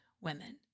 women